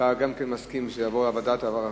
אתה גם כן מסכים שזה יעבור לוועדת העבודה,